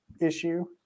issue